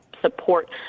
support